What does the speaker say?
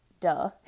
duh